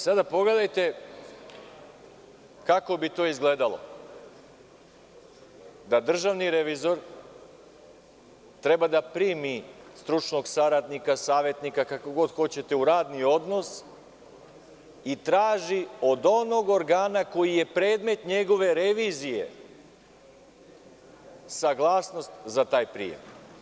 Sada pogledajte kako bi to izgledalo da državni revizor treba da primi stručnog saradnika, savetnika, kako god hoćete, u radni odnos i traži od onog organa koji je predmet njegove revizije saglasnost za taj prijem.